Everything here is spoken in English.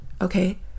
okay